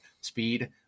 speed